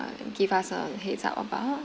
uh give us a heads up about